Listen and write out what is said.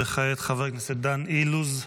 וכעת חבר הכנסת דן אילוז,